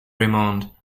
raymond